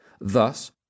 Thus